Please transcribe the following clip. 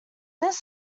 this